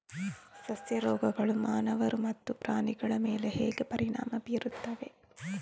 ಸಸ್ಯ ರೋಗಗಳು ಮಾನವರು ಮತ್ತು ಪ್ರಾಣಿಗಳ ಮೇಲೆ ಹೇಗೆ ಪರಿಣಾಮ ಬೀರುತ್ತವೆ